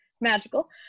magical